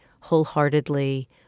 wholeheartedly